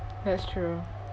that's true